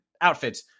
outfits